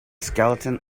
skeleton